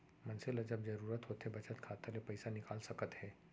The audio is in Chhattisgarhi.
मनसे ल जब जरूरत होथे बचत खाता ले पइसा निकाल सकत हे